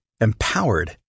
empowered